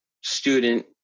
student